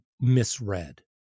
misread